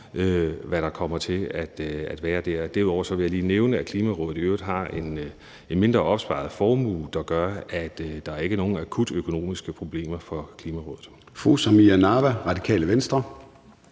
hvad der kommer til at blive sat af der. Derudover vil jeg lige nævne, at Klimarådet i øvrigt har en mindre opsparet formue, der gør, at der ikke er nogen akutte økonomiske problemer for Klimarådet. Kl. 11:05 Formanden (Søren